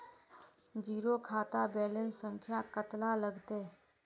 Zero खाता balance संख्या कतला लगते?